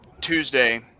Tuesday